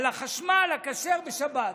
על החשמל הכשר בשבת.